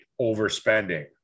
overspending